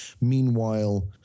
Meanwhile